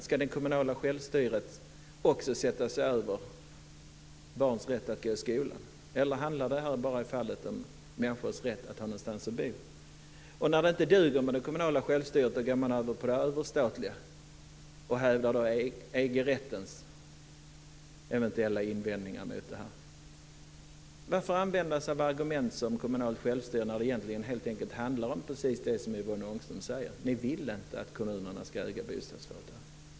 Ska det kommunala självstyret också sättas över barns rätt att gå i skolan? Handlar det bara om människors rätt att ha någonstans att bo? När det inte duger med det kommunala självstyret går man över på det överstatliga och talar om EG rättens eventuella invändningar mot detta. Varför använda sig av argument om kommunalt självstyre när det helt enkelt handlar om det som Yvonne Ångström talar om? Ni vill inte att kommunerna ska äga bostadsföretag.